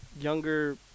younger